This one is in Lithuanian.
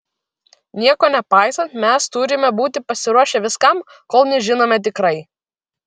nieko nepaisant mes turime būti pasiruošę viskam kol nežinome tikrai